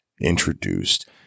introduced